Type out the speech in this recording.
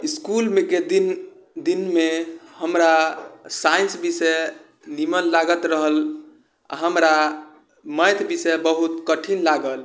इसकुलके दिन इसकुलके दिनमे हमरा साइन्स विषय निमन लागत रहल हमरा मैथ विषय बहुत कठिन लागल